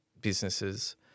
businesses